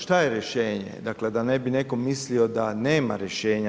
Što je rješenje, dakle da ne bi netko mislio da nema rješenja.